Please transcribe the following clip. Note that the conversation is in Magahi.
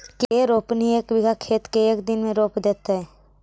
के रोपनी एक बिघा खेत के एक दिन में रोप देतै?